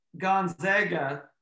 Gonzaga